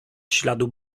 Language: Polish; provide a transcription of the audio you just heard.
śladu